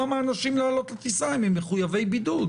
מאנשים לעלות לטיסה אם הם מחויבי בידוד.